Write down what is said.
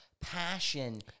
passion